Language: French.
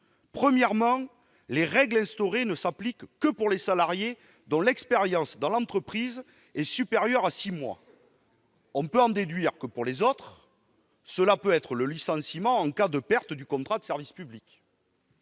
Premièrement, les règles instaurées ne s'appliqueront que pour les salariés dont l'expérience dans l'entreprise est supérieure à six mois. On peut en déduire que, pour les autres, ce pourra être le licenciement en cas de perte du contrat de service public.